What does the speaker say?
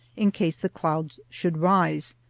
in case the clouds should rise.